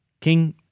King